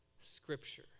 scripture